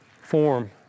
form